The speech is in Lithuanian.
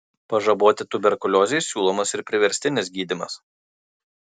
pažaboti tuberkuliozei siūlomas ir priverstinis gydymas